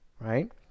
right